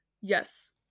Yes